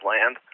Land